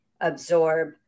absorb